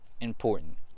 important